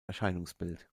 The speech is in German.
erscheinungsbild